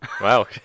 Wow